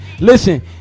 Listen